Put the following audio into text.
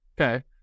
Okay